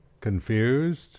confused